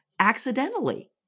accidentally